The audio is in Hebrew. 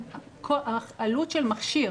עלות של מכשיר,